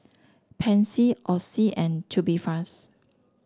Pansy Oxy and Tubifast